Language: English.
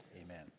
Amen